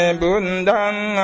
bundang